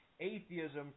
Atheism